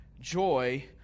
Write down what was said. joy